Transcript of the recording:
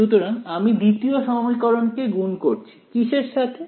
সুতরাং আমি দ্বিতীয় সমীকরণটি কে গুণ করছি কিসের সাথে